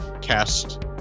cast